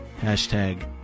Hashtag